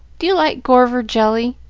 do you like gorver jelly?